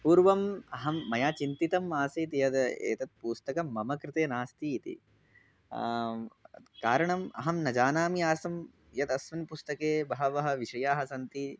पूर्वम् अहं मया चिन्तितम् आसीत् यद् एतत् पुस्तकं मम कृते नास्ति इति कारणम् अहं न जानामि आसं यद् अस्मिन् पुस्तके बहवः विषयाः सन्ति